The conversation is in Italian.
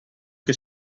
che